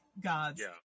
gods